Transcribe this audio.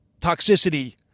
toxicity